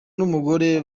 n’umugore